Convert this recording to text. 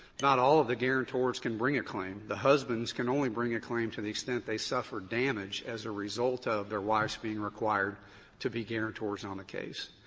not all of the guarantors can bring a claim. the husbands can only bring a claim to the extent they suffer damage as a result ah of their wives being required to be guarantors on the case.